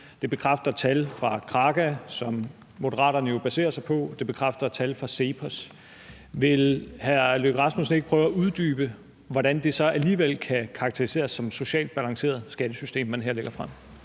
Det bekræfter tal fra Kraka, som Moderaterne jo baserer sig på, og det bekræfter tal fra CEPOS. Vil hr. Lars Løkke Rasmussen ikke prøve at uddybe, hvordan det så alligevel kan karakteriseres som et socialt balanceret skattesystem, man her lægger frem?